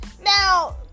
Now